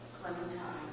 Clementine